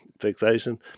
fixation